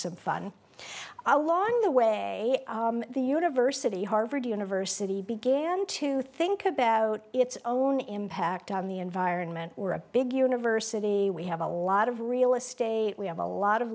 some fun along the way the university harvard university began to think about its own impact on the environment or a big university we have a lot of real estate we have a lot of